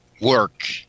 work